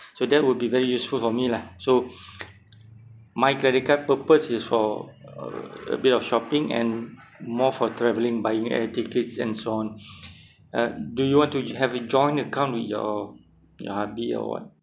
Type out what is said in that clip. so that would be very useful for me lah so my credit card purpose is for a bit of shopping and more for travelling buying air tickets and so on uh do you want to have a joint account with your your hubby or what